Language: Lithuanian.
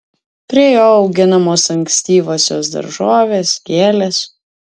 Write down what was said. prie jo auginamos ankstyvosios daržovės gėlės